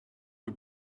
peu